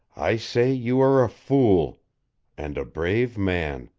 i say you are a fool and a brave man,